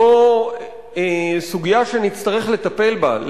זו סוגיה שנצטרך לטפל בה,